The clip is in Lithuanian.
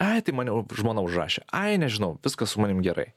ai tai mane žmona užrašė ai nežinau viskas su manim gerai